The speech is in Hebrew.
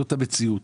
זאת המציאות,